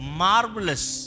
marvelous